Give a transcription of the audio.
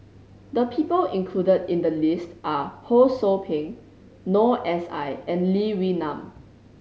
the people included in the list are Ho Sou Ping Noor S I and Lee Wee Nam